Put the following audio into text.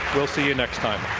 we'll see you next time.